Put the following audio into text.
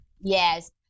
Yes